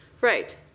Right